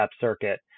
circuit